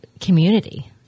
community